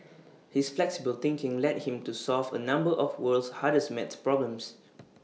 his flexible thinking led him to solve A number of world's hardest math problems